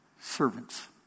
servants